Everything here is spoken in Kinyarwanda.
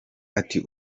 ati